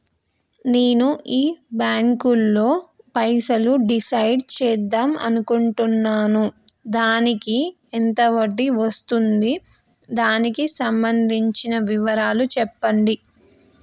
నేను ఈ బ్యాంకులో పైసలు డిసైడ్ చేద్దాం అనుకుంటున్నాను దానికి ఎంత వడ్డీ వస్తుంది దానికి సంబంధించిన వివరాలు చెప్పండి?